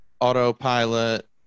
autopilot